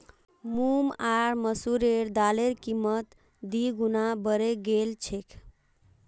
मूंग आर मसूरेर दालेर कीमत दी गुना बढ़े गेल छेक